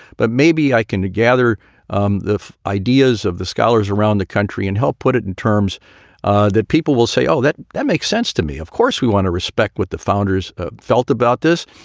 but maybe i can gather um the ideas of the scholars around the country and help put it in terms ah that people will say, oh, that that makes sense to me. of course, we want to respect what the founders felt about this,